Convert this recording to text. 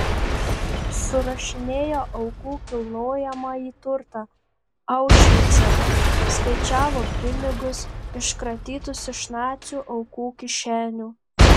surašinėjo aukų kilnojamąjį turtą aušvice skaičiavo pinigus iškratytus iš nacių aukų kišenių